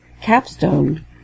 CAPstone